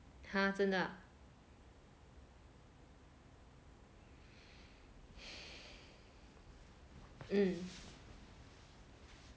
!huh! 真的 ah